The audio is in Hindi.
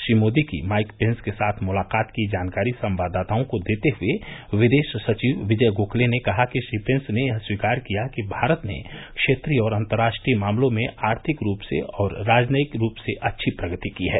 श्री मोदी की माइक पेन्स के साथ मुलाकात की जानकारी संवाददाताओं को देते हुए विदेश सचिव विजय गोखले ने कहा कि श्री पेन्स ने यह स्वीकार किया कि भारत ने क्षेत्रीय और अंतर्राष्ट्रीय मामलों में आर्थिक रूप से और राजनयिक रूप से अच्छी प्रगति की है